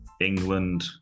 England